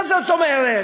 מה זאת אומרת?